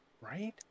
Right